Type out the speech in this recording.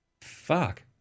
fuck